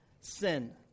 sin